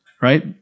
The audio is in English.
right